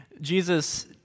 Jesus